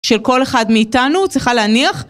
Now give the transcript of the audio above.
של כל אחד מאיתנו צריכה להניח